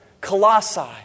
Colossae